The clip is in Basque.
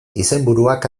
izenburuak